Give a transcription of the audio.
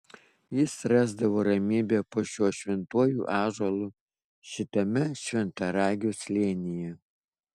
jis rasdavo ramybę po šiuo šventuoju ąžuolu šitame šventaragio slėnyje